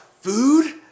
food